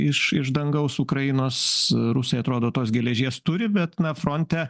iš iš dangaus ukrainos rusai atrodo tos geležies turi bet na fronte